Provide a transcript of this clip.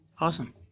Awesome